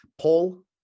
paul